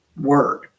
word